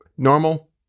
normal